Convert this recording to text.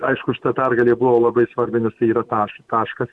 aišku šita pergalė buvo labai svarbi nes tai yra taš taškas